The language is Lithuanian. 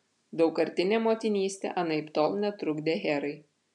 daugkartinė motinystė anaiptol netrukdė herai